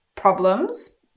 problems